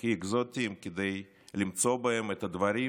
והכי אקזוטיים כדי למצוא בהם את הדברים